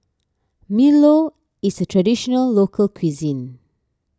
Milo is a Traditional Local Cuisine